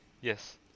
Yes